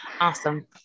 awesome